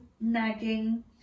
nagging